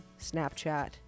Snapchat